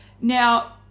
now